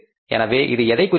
எனவே இது எதைக் குறிக்கின்றது